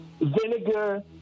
Vinegar